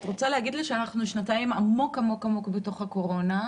את רוצה להגיד לי שאנחנו שנתיים עמוק עמוק בתוך הקורונה,